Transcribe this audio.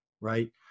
Right